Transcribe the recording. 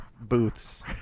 booths